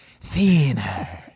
Thinner